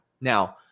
now